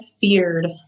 feared